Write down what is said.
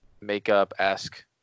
makeup-esque